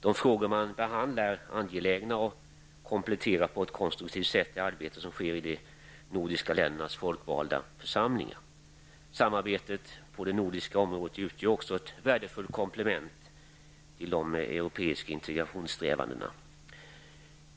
De frågor man behandlar är angelägna och kompletterar på ett konstruktivt sätt det arbete som sker i de nordiska ländernas folkvalda församlingar. Samarbetet på det nordiska området utgör också ett värdefullt komplement till de europeiska integrationssträvandena.